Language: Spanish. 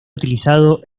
utilizado